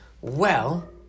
Well